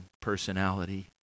personality